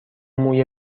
موی